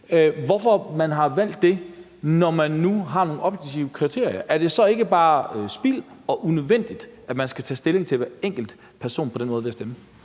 Hvorfor har man valgt det, når man nu har nogle objektive kriterier? Er det så ikke bare spild og unødvendigt, at man skal tage stilling til hver enkelt person på den måde, ved at stemme?